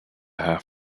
half